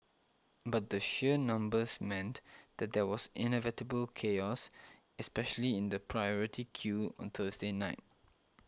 but the sheer numbers meant that there was inevitable chaos especially in the priority queue on Thursday night